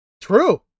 True